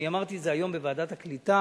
אני אמרתי את זה היום בוועדת הקליטה,